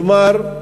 כלומר,